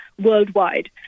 worldwide